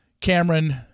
Cameron